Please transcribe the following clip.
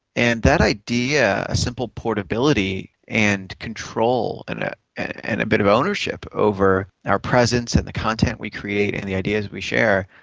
and that idea, a simple portability and control and and a bit of ownership over our presence and the content we create and the ideas we share,